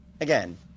again